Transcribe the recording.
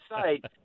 site